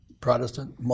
Protestant